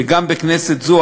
וגם בכנסת זו,